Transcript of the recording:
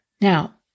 Now